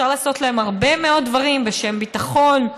אפשר לעשות להם הרבה מאוד דברים בשם הביטחון,